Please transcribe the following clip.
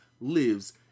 lives